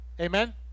Amen